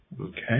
Okay